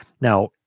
Now